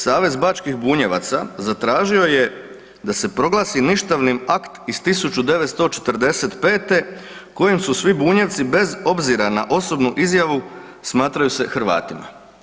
Savez bačkih Bunjevaca zatražio je da se proglasi ništavnim akt iz 1945. kojim su svi Bunjevci bez obzira na osobnu izjavu smatraju se Hrvatima.